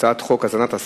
לפיכך, הצעת חוק זו